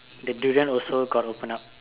the durian also got open up